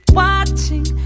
watching